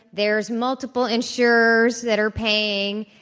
there is multiple insurers that are paying.